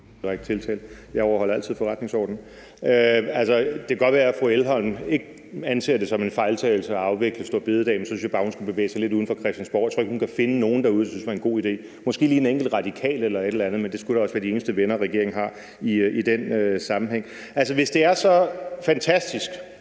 direkte tiltale. Jeg overholder altid forretningsordenen. Det kan godt være, at fru Louise Elholm ikke anser det som en fejltagelse at afvikle store bededag, men så synes jeg bare, hun skulle bevæge sig lidt uden for Christiansborg. Jeg tror ikke, og kan finde nogen derude, som synes, det var en god idé – måske lige en enkelt radikal eller et eller andet, men det skulle da også være de eneste venner, regeringen har i den sammenhæng. Hvis der er så fantastisk,